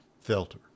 filter